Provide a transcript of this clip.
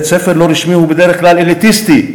בית-ספר לא רשמי הוא בדרך כלל אליטיסטי,